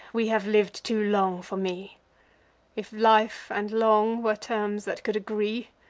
we have liv'd too long for me if life and long were terms that could agree!